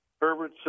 Herbert